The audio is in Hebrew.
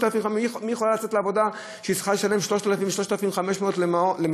מי יכולה לצאת לעבודה כשהיא צריכה לשלם 3,500-3,000 למשפחתון?